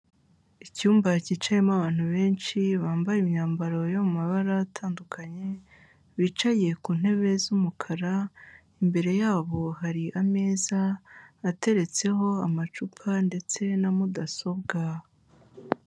Icyumba cyicayemo abantu benshi bambaye imyambaro yo mabara atandukanye, bicaye ku ntebe z'umukara, imbere yabo hari ameza ateretseho amacupa ndetse na mudasobwa.